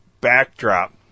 backdrop